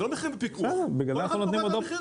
אלה לא מחירים בפיקוח, כל אחד קובע את המחירים.